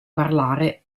parlare